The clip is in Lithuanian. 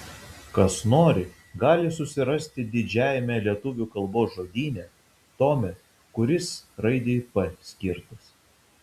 kas nori gali susirasti didžiajame lietuvių kalbos žodyne tome kuris raidei p skirtas